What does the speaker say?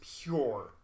pure